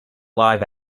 live